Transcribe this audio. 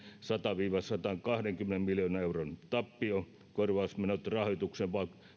sadan viiva sadankahdenkymmenen miljoonan euron tappiokorvausmenot rahoituksen